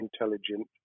intelligent